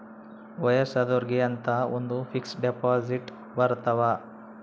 ವಯಸ್ಸಾದೊರ್ಗೆ ಅಂತ ಒಂದ ಫಿಕ್ಸ್ ದೆಪೊಸಿಟ್ ಬರತವ